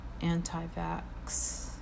anti-vax